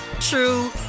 true